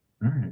right